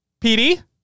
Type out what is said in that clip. PD